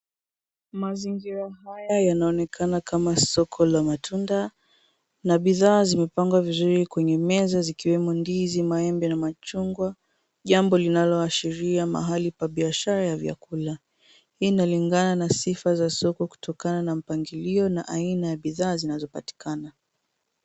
Mazingira haya yanaonekana kama soko la matunda na bidhaa zimepangwa vizuri kwenye meza zikiwemo ndizi, maembe na machungwa. Jambo linaloashiria mahali pa biashara ya vyakula. Hii inalingana na sifa za soko kutokana na mpangilio na aina ya bidhaa zinazopatikana.